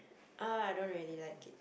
uh I don't really like it